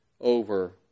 over